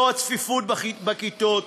לא הצפיפות בכיתות,